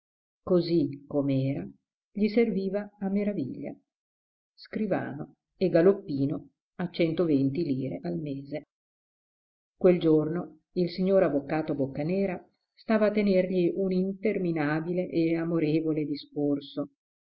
così com'era gli serviva a meraviglia scrivano e galoppino a centoventi lire al mese quel giorno il signor avvocato boccanera stava a tenergli un interminabile e amorevole discorso